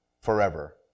forever